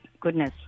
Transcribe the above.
Goodness